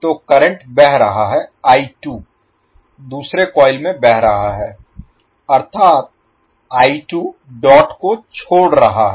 तो करंट बह रहा है दूसरे कॉइल में बह रहा है अर्थात डॉट को छोड़ रहा है